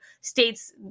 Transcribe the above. states